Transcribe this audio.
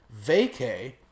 vacay